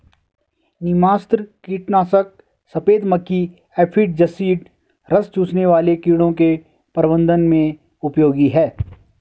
नीमास्त्र कीटनाशक सफेद मक्खी एफिड जसीड रस चूसने वाले कीड़ों के प्रबंधन में उपयोगी है